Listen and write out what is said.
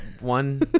One